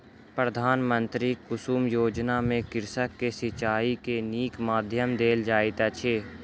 प्रधानमंत्री कुसुम योजना में कृषक के सिचाई के नीक माध्यम देल जाइत अछि